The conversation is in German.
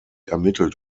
ermittelt